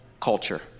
culture